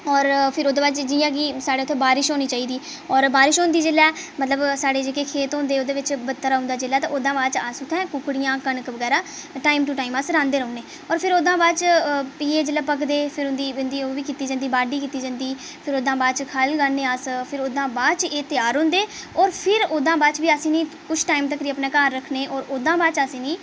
होर फिर ओह्दे बाद जि'यां कि साढ़े उ'त्थें बारिश होनी चाहिदी होर बारिश होंदी जेल्लै मतलब साढ़े जेह्के खेत होंदे ओह्दे बिच बत्तर औंदा जेल्लै ते ओह्दे शा बाद च अस उ'त्थें कुक्कड़ियां कनक बगैरा टाइम टू टाइम अस रहांदे रौह्ने होर फिर ओह्दे शा बाद च भी एह् जेल्लै पकदे फिर ओह्दे बाद इं'दी बाड्डी बी कीती जंदी फिर ओह्दे शा बाद च खल गाह्ने अस फिर एह् तेआर होंदे होर फिर ओह्दे शा बाद च कुछ टैम तक्कर अस इ'नें गी अपने घर रक्खने होर ओह्दे शा बाद च अस इ'नें ई